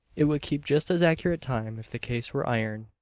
it would keep just as accurate time if the case were iron.